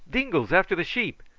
dingoes after the sheep!